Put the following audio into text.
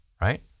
right